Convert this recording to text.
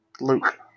Luke